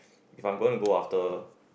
if I'm going to go after